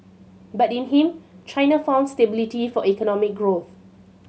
but in him China found stability for economic growth